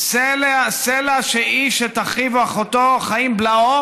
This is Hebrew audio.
לבסיס הפוליטי שלה, ושוכחת לחלוטין מטובת